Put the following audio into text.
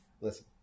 listen